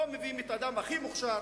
לא מביאים את האדם הכי מוכשר,